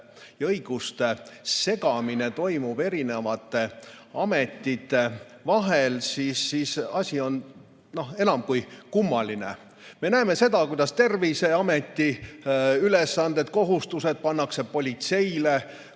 õiguste segamine toimub erinevate ametite vahel, siis asi on enam kui kummaline. Me näeme, kuidas Terviseameti ülesanded ja kohustused pannakse politseile,